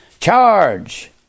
charge